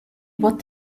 put